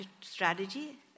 strategy